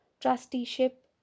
trusteeship